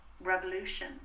revolution